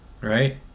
right